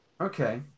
okay